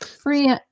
Free